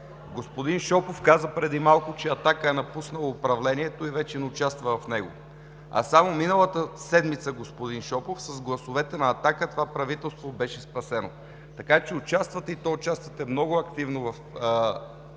господин Шопов каза, че „Атака“ е напуснала управлението и вече не участва в него, а само миналата седмица, господин Шопов, с гласовете на „Атака“ това правителство беше спасено. Така че участвате, и то участвате много активно в управлението